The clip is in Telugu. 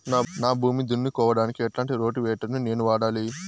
నా భూమి దున్నుకోవడానికి ఎట్లాంటి రోటివేటర్ ని నేను వాడాలి?